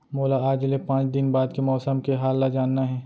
मोला आज ले पाँच दिन बाद के मौसम के हाल ल जानना हे?